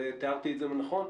תיארתי את זה נכון?